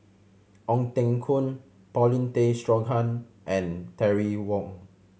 Ong Teng Koon Paulin Tay Straughan and Terry Wong